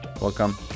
welcome